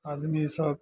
आदमी सब